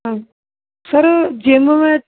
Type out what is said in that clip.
ਹਾਂ sir gym ਮੈਂ